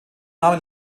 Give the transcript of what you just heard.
name